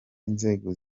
inzego